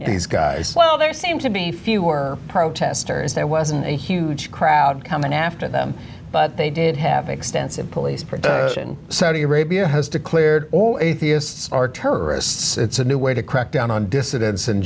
these guys well there seem to be fewer protesters there wasn't a huge crowd coming after them but they did have extensive police production saudi arabia has declared all atheists are terrorists it's a new way to crackdown on dissidents in